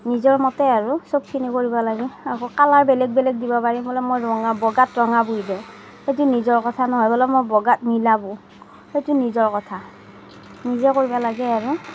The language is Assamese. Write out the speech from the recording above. নিজৰ মতে আৰু চবখিনি কৰিব লাগে আকৌ কালাৰ বেলেগ বেলেগ দিব পাৰি বোলে মই বগাত ৰঙা বৈ দিওঁ সেইটো নিজৰ কথা নহয় বোলে মই বগাত নীলা বওঁ সেইটো নিজৰ কথা নিজে কৰিব লাগে আৰু